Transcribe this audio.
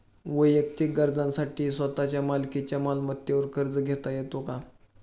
वैयक्तिक गरजांसाठी स्वतःच्या मालकीच्या मालमत्तेवर कर्ज घेता येतो का?